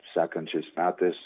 sekančiais metais